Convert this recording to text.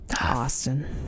Austin